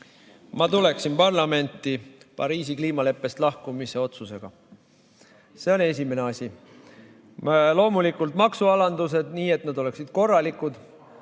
Ma tuleksin parlamenti Pariisi kliimaleppest lahkumise otsusega. See on esimene asi. Loomulikult maksualandused, nii et nad oleksid korralikud,